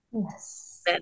Yes